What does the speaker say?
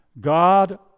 God